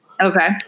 Okay